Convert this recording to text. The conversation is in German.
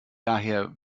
daher